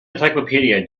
encyclopedia